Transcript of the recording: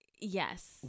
yes